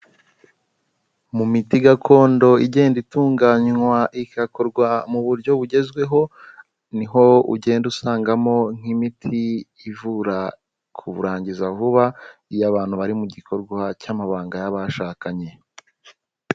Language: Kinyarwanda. Mu miti gakondo igenda itunganywa igakorwa mu buryo bugezweho niho ugenda usangamo nk'imiti ivura kurangiza vuba, iyo abantu bari mu gikorwa cy'amabanga y'abashakanye.